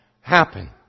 happen